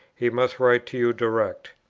he must write to you direct.